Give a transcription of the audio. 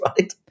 right